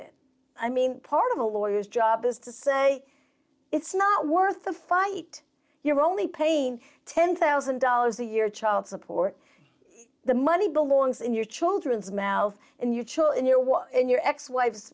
it i mean part of the lawyers job is to say it's not worth the fight you're only paying ten thousand dollars a year child support the money belongs in your children's mouth and you